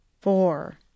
four